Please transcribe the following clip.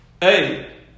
Hey